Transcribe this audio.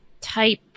type